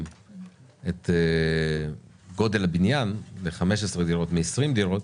את גודל הבניין ב-15 דירות מ-20 דירות